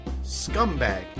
scumbag